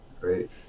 Great